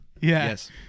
Yes